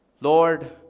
Lord